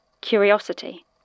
curiosity